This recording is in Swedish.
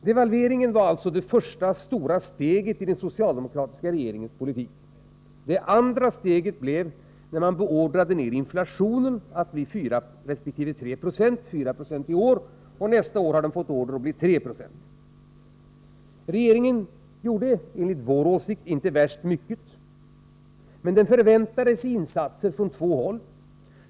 Devalveringen var alltså det första stora steget i den socialdemokratiska regeringens politik. Det andra steget blev att beordra inflationen att bli 4 96 i år och 3 96 nästa år. Regeringen gjorde enligt vår åsikt inte värst mycket, men den förväntade sig insatser från två håll.